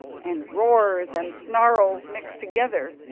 and roars and snarls mixed together,